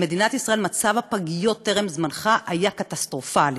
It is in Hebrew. במדינת ישראל מצב הפגיות טרם זמנך היה קטסטרופלי,